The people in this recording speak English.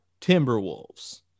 Timberwolves